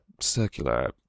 circular